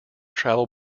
travel